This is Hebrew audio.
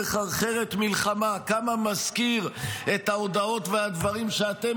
מחרחרת מלחמה" כמה מזכיר את ההודעות והדברים שאתם